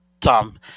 Tom